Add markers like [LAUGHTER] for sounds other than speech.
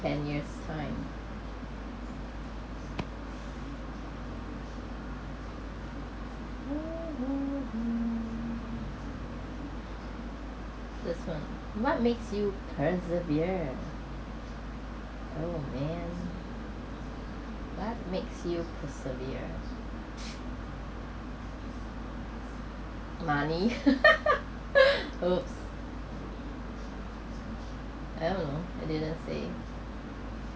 in ten years time [NOISE] this one what make you persevere oh man what make you persevere money [LAUGHS] !oops! I don't know I didn't say